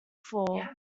fall